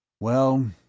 well,